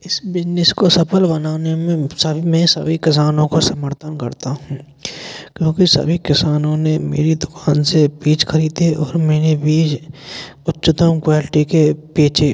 इस बिजनेस को सफल बनाने में सभी में सभी किसानों का समर्थन करता हूँ क्योंकि सभी किसानों ने मेरी दुकान से बीज खरीदे और मैंने बीज उच्चतम क्वेलटी के बेचे